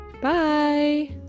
Bye